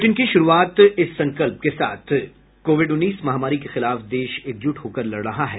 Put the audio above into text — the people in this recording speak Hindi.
बुलेटिन की शुरूआत इस संकल्प के साथ कोविड उन्नीस महामारी के खिलाफ देश एकजुट होकर लड़ रहा है